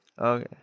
Okay